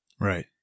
Right